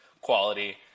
quality